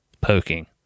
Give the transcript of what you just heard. poking